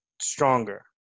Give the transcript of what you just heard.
stronger